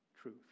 truth